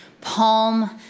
Palm